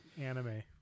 anime